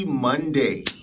Monday